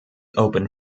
open